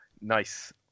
nice